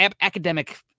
academic